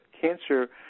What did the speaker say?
cancer